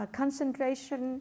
concentration